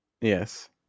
Yes